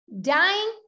dying